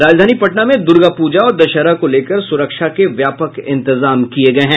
राजधानी पटना में दूर्गा पूजा और दशहरा को लेकर सुरक्षा के व्यापक इंतजाम किये गये हैं